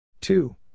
Two